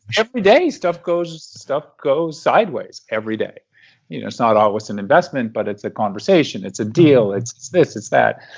every day stuff goes stuff goes sideways every day. you know it's not always an investment, but it's a conversation. it's a deal. it's it's this. it's that.